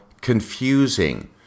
confusing